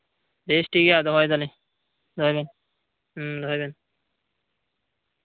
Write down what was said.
ᱵᱮᱥ ᱴᱷᱤᱠ ᱜᱮᱭᱟ ᱫᱚᱦᱚᱭ ᱫᱟᱞᱤᱧ ᱫᱚᱦᱚᱭ ᱫᱟᱞᱤᱧ